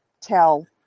tell